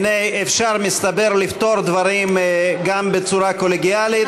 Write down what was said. הנה, מתברר שאפשר לפתור דברים גם בצורה קולגיאלית.